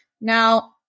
Now